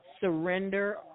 surrender